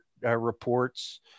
reports